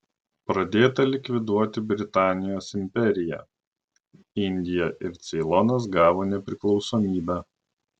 pradėta likviduoti britanijos imperiją indija ir ceilonas gavo nepriklausomybę